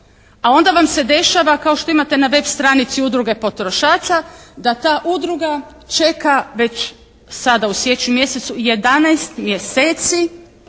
A onda vam se dešava kao što imate na web stranici udruge potrošača da ta udruga čeka već sada u siječnju mjesecu